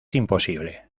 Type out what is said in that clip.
imposible